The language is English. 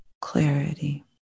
clarity